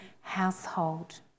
household